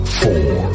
four